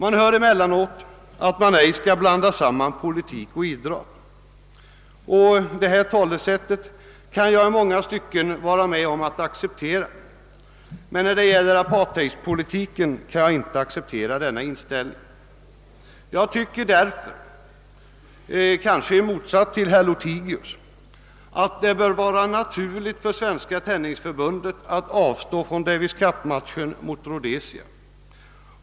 Det sägs emellanåt att man inte skall blanda samman politik och idrott, och ett sådant resonemang kan jag i många stycken acceptera, men när det gäller apartheidpolitiken kan jag inte acceptera det. Jag tycker därför, kanske i motsats till herr Lothigius, att det bör vara naturligt för Svenska tennisförbundet att avstå från Davis Cup-matchen mot Rhodesia.